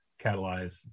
catalyze